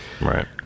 right